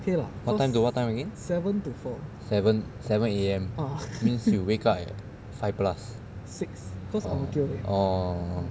what time to what time again seven A_M means you wake up at five plus oh